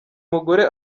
mugore